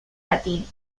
latín